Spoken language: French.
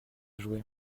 jouer